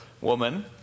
Woman